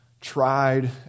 tried